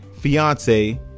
fiance